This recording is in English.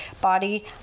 Body